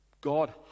God